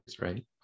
right